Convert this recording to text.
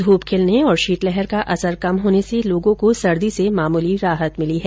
ध्रप खिलने और शीतलहर का असर कम होने से लोगों को सर्दी से मामूली राहत मिली है